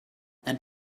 and